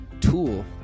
tool